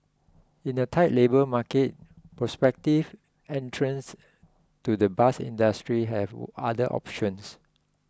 in a tight labour market prospective entrants to the bus industry have other options